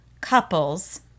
couples